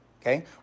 okay